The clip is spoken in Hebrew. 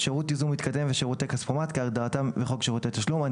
"שירות ייזום מתקדם" ו"שירותי כספומט" כהגדרתם בחוק שירותי תשלום; אני